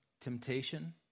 temptation